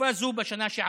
לתקופה זו בשנה שעברה.